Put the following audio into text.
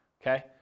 okay